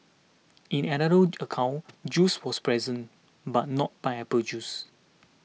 in another account juice was present but not pineapple juice